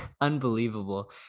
unbelievable